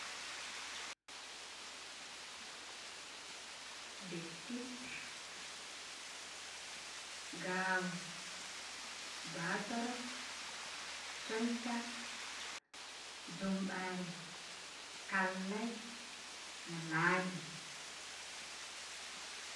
Beti, gawi, baatoro, choncha, jumɓare, kalay, naturn laadi.